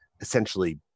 essentially